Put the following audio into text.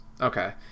okay